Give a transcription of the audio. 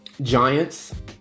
Giants